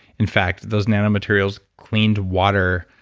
in fact, those nanomaterials cleaned water,